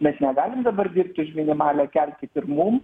mes negalim dabar dirbti už minimalią kelkit ir mum